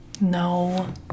No